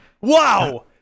Wow